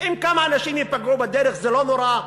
אם כמה אנשים ייפגעו בדרך, זה לא נורא.